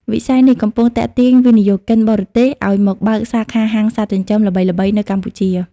វិស័យនេះកំពុងទាក់ទាញវិនិយោគិនបរទេសឱ្យមកបើកសាខាហាងសត្វចិញ្ចឹមល្បីៗនៅកម្ពុជា។